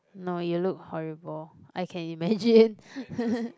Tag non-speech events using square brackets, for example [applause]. no you look horrible I can imagine [laughs]